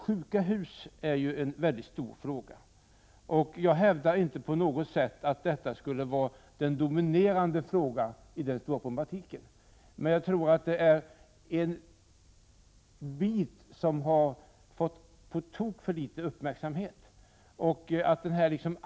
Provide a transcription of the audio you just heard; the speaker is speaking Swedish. ”Sjuka hus” är ju ett stort område, och jag hävdar inte på något vis att detta skulle vara den dominerande frågan i den stora problematiken, men jag tror att det är en bit som har fått på tok för litet uppmärksamhet.